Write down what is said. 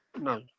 No